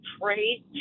pray